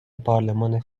پارلمان